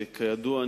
כידוע,